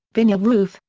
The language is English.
vinil roof,